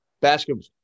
basketball